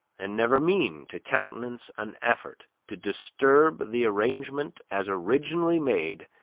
and never mean to countenance an effort, to disturb the arrangement as originally made,